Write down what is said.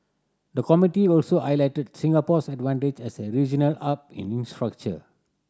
the committee also highlighted to Singapore's advantage as a regional hub in infrastructure